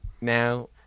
now